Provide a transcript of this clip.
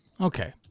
Okay